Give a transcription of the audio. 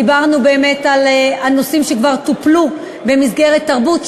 דיברנו באמת על נושאים שכבר טופלו במסגרת תרבות,